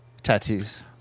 tattoos